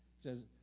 says